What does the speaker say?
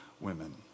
women